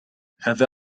هذا